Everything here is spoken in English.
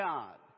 God